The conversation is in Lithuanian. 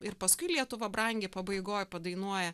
ir paskui lietuva brangi pabaigoj padainuoja